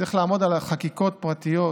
צריך לעמוד על חקיקות פרטיות,